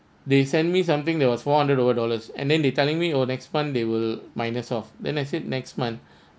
they sent me something that was one hundred over dollars and then they telling me oh next month they will minus off then I said next month